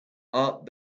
art